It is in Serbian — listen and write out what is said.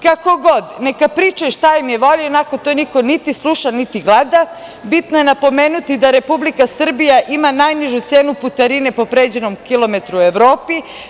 Kako god, neka pričaju šta im je volja i onako to niko niti sluša, niti gleda, bitno je napomenuti da Republika Srbija ima najnižu cenu putarine po pređenom kilometru u Evropi.